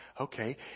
okay